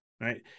right